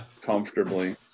comfortably